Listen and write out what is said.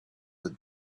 the